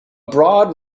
broad